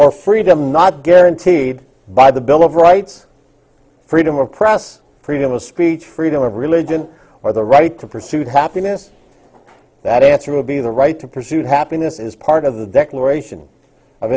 or freedom not guaranteed by the bill of rights freedom of press freedom of speech freedom of religion or the right to pursue happiness that answer would be the right to pursue happiness is part of the declaration of